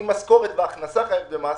אם משכורת והכנסה חייבת במס,